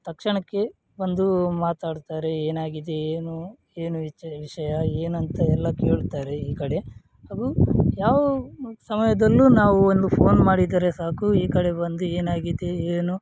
ತಕ್ಷಣಕ್ಕೆ ಬಂದು ಮಾತಾಡ್ತಾರೆ ಏನಾಗಿದೆ ಏನು ಏನು ವಿಷಯ ವಿಷಯ ಏನಂತ ಎಲ್ಲ ಕೇಳ್ತಾರೆ ಈ ಕಡೆ ಹಾಗೂ ಯಾವ ಸಮಯದಲ್ಲೂ ನಾವು ಒಂದು ಫೋನ್ ಮಾಡಿದರೆ ಸಾಕು ಈ ಕಡೆ ಬಂದು ಏನಾಗಿದೆ ಏನು